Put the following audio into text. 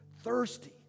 thirsty